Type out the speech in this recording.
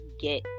get